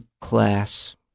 class